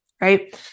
right